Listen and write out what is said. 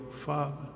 Father